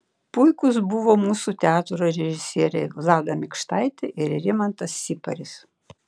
puikūs buvo mūsų teatro režisieriai vlada mikštaitė ir rimantas siparis